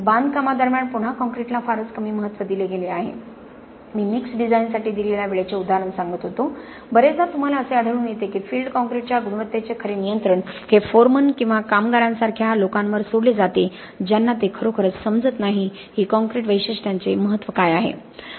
बांधकामादरम्यान पुन्हा काँक्रीटला फारच कमी महत्त्व दिले गेले आहे मी मिक्स डिझाइनसाठी दिलेल्या वेळेचे उदाहरण सांगत होतो बरेचदा तुम्हाला असे आढळून येते की फील्ड काँक्रीटच्या गुणवत्तेचे खरे नियंत्रण हे फोरमन किंवा कामगारांसारख्या लोकांवर सोडले जाते ज्यांना ते खरोखरच समजत नाही की कंक्रीट वैशिष्ट्यांचे महत्त्व काय आहे